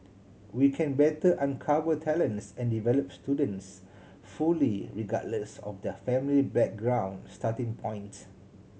we can better uncover talents and develop students fully regardless of their family background starting point